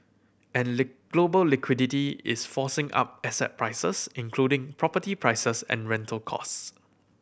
and global liquidity is forcing up asset prices including property prices and rental costs